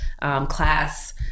class